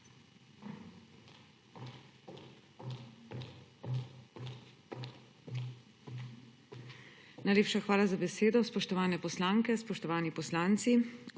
Najlepša hvala za besedo. Spoštovane poslanke, spoštovani poslanci!